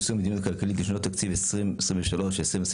ליישום המדיניות הכלכלית לשנות התקציב 2023 ו-2024),